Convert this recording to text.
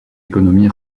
économie